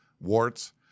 warts